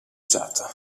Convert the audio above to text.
usato